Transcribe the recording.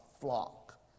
flock